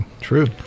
True